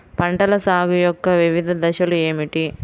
పంటల సాగు యొక్క వివిధ దశలు ఏమిటి?